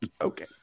okay